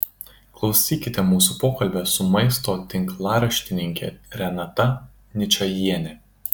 klausykite mūsų pokalbio su maisto tinklaraštininke renata ničajiene